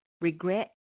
regret